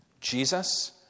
Jesus